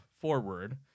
forward